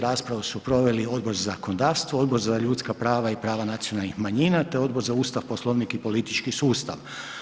Raspravu su proveli Odbor za zakonodavstvo, Odbor za ljudska prava i prava nacionalnih manjina te Odbor za Ustav, Poslovnik i politički sustav.